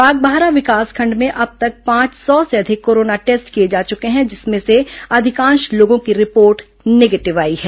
बागबाहरा विकासखंड में अब तक पांच सौ से अधिक कोरोना टेस्ट किए जा चुके हैं जिसमें से अधिकांश लोगों की रिपोर्ट निगेटिव आई है